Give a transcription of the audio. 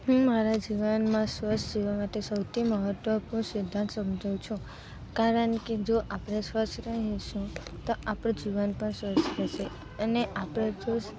હું મારા જીવનમાં સ્વસ્થ જીવવા માટે સૌથી મહત્વપૂર્ણ સિદ્ધાંત સમજું છું કારણ કે જો આપણે સ્વસ્થ રહીશું તો આપણું જીવન પણ સ્વસ્થ રહેશે અને આપણે જો